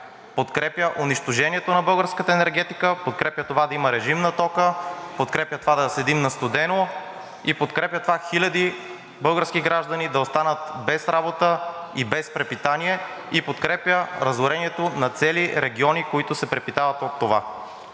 подкрепя унищожението на българската енергетика, подкрепя това да има режим на тока, подкрепя това да седим на студено и подкрепя това хиляди български граждани да останат без работа и без препитание, и подкрепя разорението на цели региони, които се препитават от това.